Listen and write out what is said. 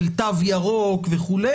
של תו ירוק וכו'.